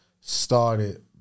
started